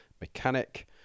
mechanic